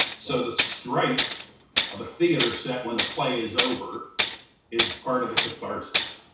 so the strike of a theater set when the play is over is part of the catharsis,